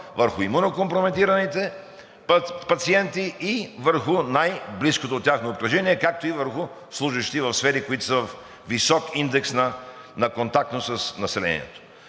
върху имунокомпрометираните пациенти и върху най-близкото тяхно обкръжение, както и върху служещи в сфери с висок индекс на контактност с населението.